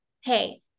hey